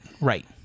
Right